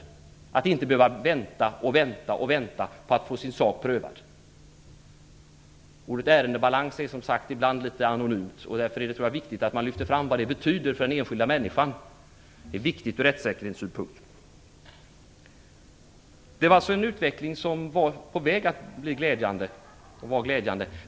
Folk skall inte behöva vänta och vänta på att få sin sak prövad. Ordet ärendebalans är som sagt ibland litet anonymt. Därför är det viktigt att man lyfter fram vad det betyder för den enskilda människan. Det är viktigt ur rättssäkerhetssynpunkt. Det var alltså en utveckling som var på glädjande väg.